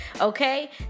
Okay